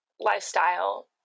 lifestyle